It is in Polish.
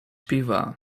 piwa